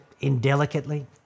indelicately